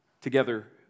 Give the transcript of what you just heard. together